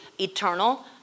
eternal